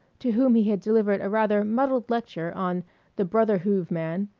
to whom he had delivered a rather muddled lecture on the brother-hoove man,